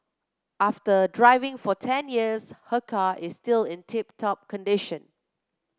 after driving for ten years her car is still in tip top condition